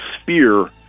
sphere